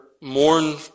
mourn